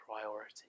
priority